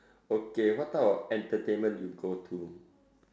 okay what type of entertainment you go to